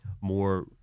more